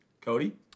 Cody